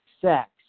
sex